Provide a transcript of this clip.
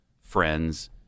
Friends